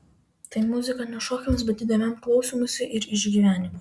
tai muzika ne šokiams bet įdėmiam klausymuisi ir išgyvenimui